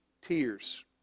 tears